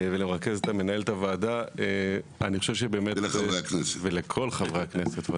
למנהלת הוועדה ולכל חברי הכנסת.